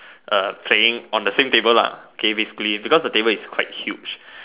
uh playing on the same table lah okay basically because the table is quite huge